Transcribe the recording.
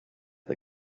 the